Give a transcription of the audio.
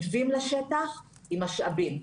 מתווים לשטח עם משאבים,